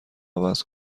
عوض